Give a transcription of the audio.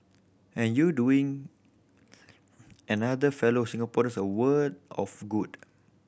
and you doing another fellow Singaporeans a world of good